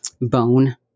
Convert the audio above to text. bone